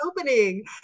opening